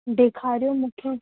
ॾेखारियो मूंखे